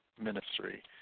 ministry